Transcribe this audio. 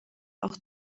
auch